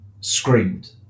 screamed